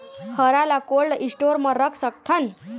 हरा ल cold store म रख सकथन?